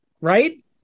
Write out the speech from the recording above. right